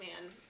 man